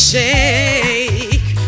shake